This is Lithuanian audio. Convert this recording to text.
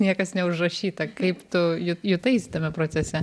niekas neužrašyta kaip tu ju jutaisi tame procese